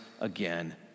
again